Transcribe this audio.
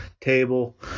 table